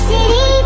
City